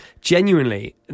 Genuinely